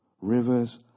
rivers